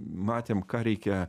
matėm ką reikia